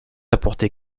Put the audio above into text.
apporter